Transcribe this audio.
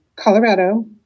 Colorado